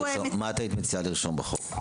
מה היית מציעה לרשום בחוק?